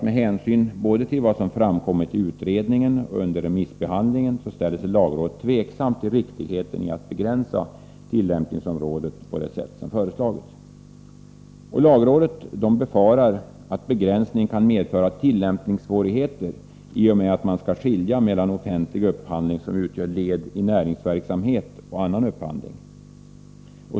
Med hänsyn både till vad som framkommit i utredningen och under remissbehandlingen ställer sig lagrådet tveksamt till riktigheten i att begränsa tillämpningsområdet på föreslaget sätt. Lagrådet befarar att begränsning kan medföra tillämpningssvårigheter i och med att man skall skilja mellan offentlig upphandling som utgör led i näringsverksamhet och annan upphandling.